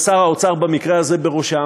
ושר האוצר במקרה הזה בראשם,